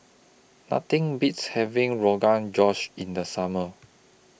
Nothing Beats having Rogan Josh in The Summer